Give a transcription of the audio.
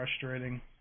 frustrating